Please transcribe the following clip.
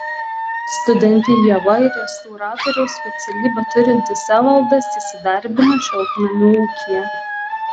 studentė ieva ir restauratoriaus specialybę turintis evaldas įsidarbino šiltnamių ūkyje